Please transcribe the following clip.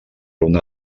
una